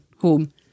home